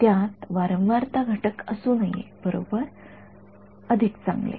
त्यात वारंवारता घटक असू नयेत बरोबर अगदी चांगले